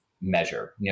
measure